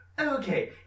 Okay